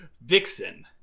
Vixen